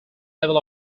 levels